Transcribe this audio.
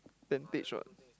tentage [what]